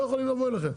לא יכולים לבוא אליהם.